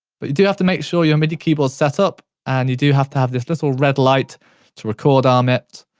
but you do have to make sure your midi keyboard's set up, and you do have to have this this little red light to record on um it.